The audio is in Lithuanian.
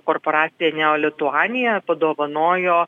korporacija neolituanija padovanojo